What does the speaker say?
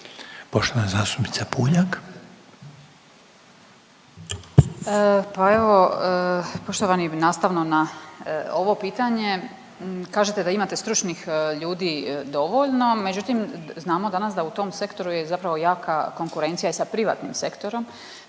**Puljak, Marijana (Centar)** Pa evo, poštovani, nastavno na ovo pitanje, kažete da imate stručnih ljudi dovoljno, međutim, znamo danas da u tom sektoru je zapravo jaka konkurencija i sa privatnim sektorom.